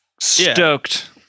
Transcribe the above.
stoked